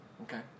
Okay